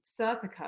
serpico